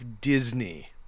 Disney